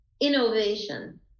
innovation